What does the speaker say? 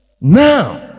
now